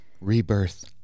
Rebirth